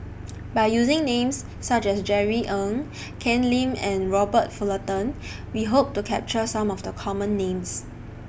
By using Names such as Jerry Ng Ken Lim and Robert Fullerton We Hope to capture Some of The Common Names